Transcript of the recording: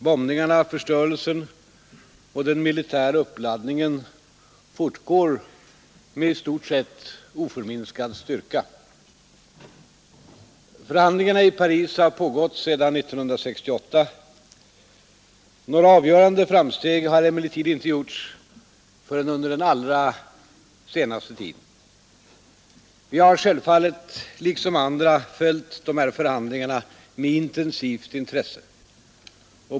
Bombningarna, förstörelsen, den militära uppladdningen fortgår med i stort sett oförminskad styrka. Förhandlingarna i Paris har pågått sedan 1968. Några avgörande framsteg har emellertid inte gjorts förrän under den allra senaste tiden. Vi har självfallet liksom andra följt dessa förhandlingar med intensivt intresse.